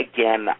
Again